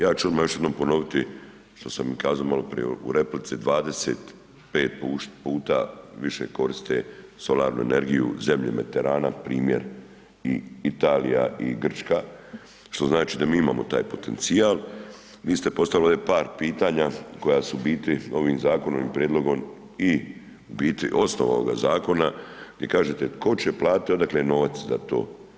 Ja ću odmah još ponoviti što sam i kazao maloprije u replici, 25 puta više koriste solarnu energiju zemlje Mediterana, primjer Italija i Grčka, što znači da mi imamo taj potencijal, vi ste postavili ovdje par pitanja koja su u biti ovim zakonom i prijedlogom i u biti osnov ovo zakona, gdje kažete tko će platiti, odakle novac za to.